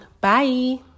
bye